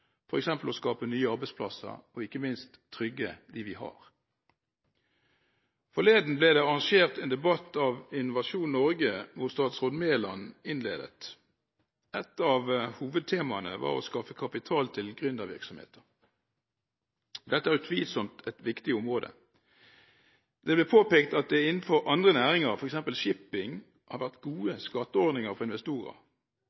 f.eks. å skape nye arbeidsplasser og ikke minst trygge dem vi har. Forleden ble det arrangert en debatt av Innovasjon Norge, hvor statsråd Mæland innledet. Et av hovedtemaene var å skaffe kapital til gründervirksomheter. Dette er utvilsomt et viktig område. Det ble påpekt at det innenfor andre næringer, f.eks. shipping, har vært